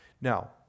Now